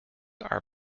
are